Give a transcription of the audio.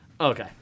Okay